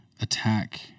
attack